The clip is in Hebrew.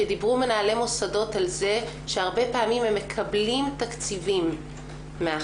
שדיברו מנהלי מוסדות על זה שהרבה פעמים הם מקבלים תקציבים מהחמ"ד,